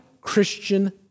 Christian